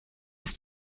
was